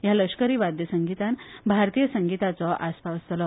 ह्या लष्करी वाद्य संगीतान भारतीय संगीताचो आसपाव आसतलो